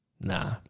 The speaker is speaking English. Nah